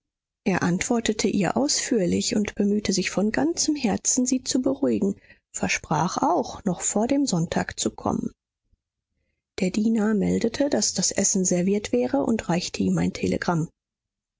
er antwortete ihr ausführlich und bemühte sich von ganzem herzen sie zu beruhigen versprach auch noch vor dem sonntag zu kommen der diener meldete daß das essen serviert wäre und reichte ihm ein telegramm